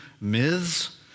myths